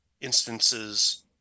instances